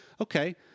okay